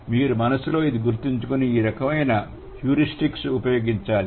మీరు మనస్సులో ఇది గుర్తుంచుకొని ఈ విధమైన హ్యూరిస్టిక్స్ ఉపయోగించాలి